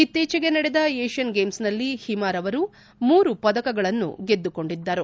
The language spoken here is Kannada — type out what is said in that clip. ಇತ್ತೀಚೆಗೆ ನಡೆದ ಏಷ್ಲನ್ ಗೇಮ್ವ್ನಲ್ಲಿ ಹಿಮಾರವರು ಮೂರು ಪದಕಗಳನ್ನು ಗೆದ್ದುಕೊಂಡಿದ್ದರು